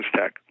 Tech